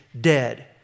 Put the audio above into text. dead